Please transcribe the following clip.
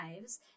lives